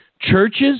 Churches